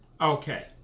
Okay